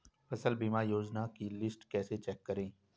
फसल बीमा योजना की लिस्ट कैसे चेक करें?